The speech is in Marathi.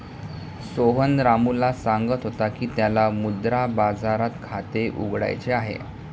सोहन रामूला सांगत होता की त्याला मुद्रा बाजारात खाते उघडायचे आहे